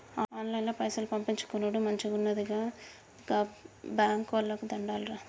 ఆన్లైన్ల పైసలు పంపిచ్చుకునుడు మంచిగున్నది, గా బాంకోళ్లకు దండాలురా